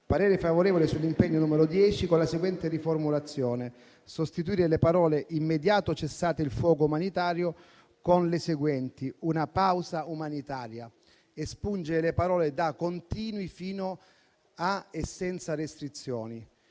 parere favorevole: sull'impegno n. 10 con la seguente riformulazione: sostituire le parole: «immediato cessate il fuoco umanitario» con le seguenti: «una pausa umanitaria» ed espungere le parole da «continui» fino a «e senza restrizioni»;